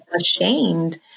ashamed